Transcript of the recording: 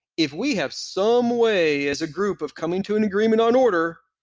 if we have some way as a group of coming to an agreement on order,